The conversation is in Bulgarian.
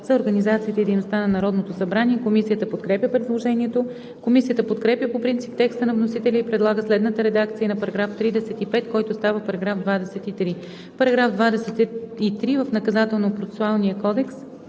организацията и дейността на Народното събрание. Комисията подкрепя предложението. Комисията подкрепя по принцип текста на вносителя и предлага следната редакция на § 35, който става § 23: „§ 23. В Наказателно-процесуалния кодекс